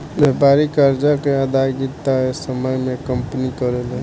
व्यापारिक कर्जा के अदायगी तय समय में कंपनी करेले